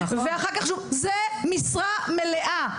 זו משרה מלאה,